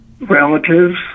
Relatives